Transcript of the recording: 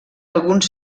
alguns